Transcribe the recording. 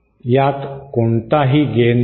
यात कोणताही गेन नाही